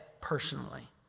personally